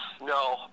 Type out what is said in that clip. No